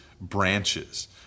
branches